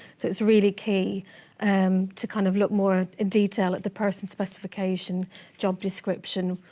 so it's really key um to kind of look more in detail at the person's specification job description,